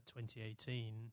2018